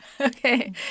Okay